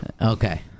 okay